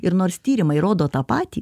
ir nors tyrimai rodo tą patį